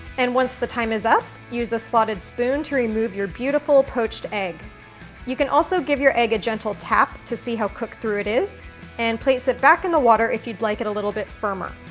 and once the time is up use a slotted spoon to remove your beautiful poached egg you can also give your egg a gentle tap to see how cook through it is and place it back in the water if you'd like it a little bit firmer.